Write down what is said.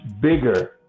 bigger